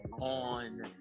on